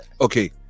okay